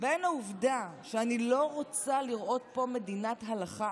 בין העובדה שאני לא רוצה לראות פה מדינת הלכה